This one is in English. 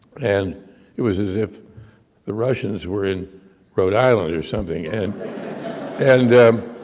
and it was as if the russians were in rhode island, or something. and and